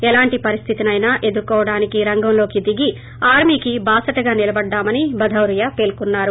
ఎలాంట్ పరిస్థితిసైనా ఎదుర్కోడానికి రంగంలోకి దిగి ఆర్మీకి బాసటగా నిలబడ్లామని భదౌరియా పేర్కొన్నారు